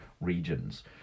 regions